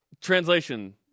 Translation